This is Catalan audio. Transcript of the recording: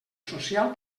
social